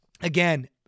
again